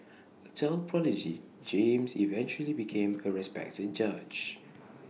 A child prodigy James eventually became A respected judge